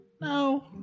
No